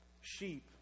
sheep